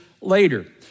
later